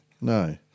no